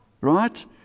Right